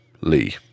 Lee